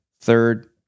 third